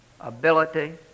ability